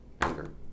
anger